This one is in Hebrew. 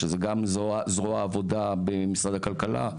שזה גם זרוע העבדוה במשרד הכלכלה,